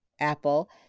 Apple